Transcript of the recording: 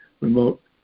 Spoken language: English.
remote